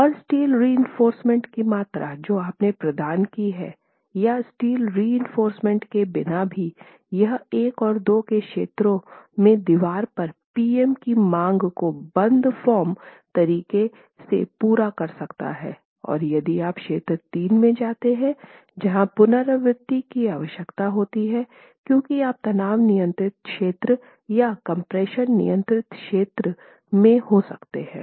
और steel reinforcement की मात्रा जो आपने प्रदान की है या स्टील रिइंफोर्समेन्ट के बिना भी यह 1 और 2 के क्षेत्रों में दीवार पर पी एम की मांग को बंद फार्म तरीके से पूरा कर सकता है और फिर आप क्षेत्र 3 में जाते हैं जहां पुनरावृति की आवश्यकता होती है क्योंकि आप तनाव नियंत्रित क्षेत्र या कम्प्रेशन नियंत्रित क्षेत्र 3 में हो सकते हैं